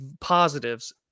positives